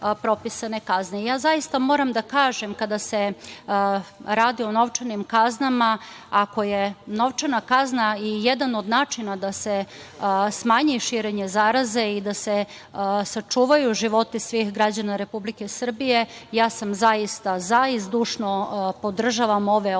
zaista moram da kažem, kada se radi o novčanim kaznama, ako je novčana kazna jedan od načina da se smanji širenje zaraze i da se sačuvaju životi svih građana Republike Srbije, ja sam zaista za to i zdušno podržavam ove odredbe,